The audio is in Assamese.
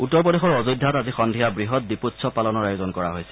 উত্তৰ প্ৰদেশৰ অযোধ্যাত আজি সন্ধিয়া বৃহৎ দীপোৎসৱ পালনৰ আয়োজন কৰা হৈছে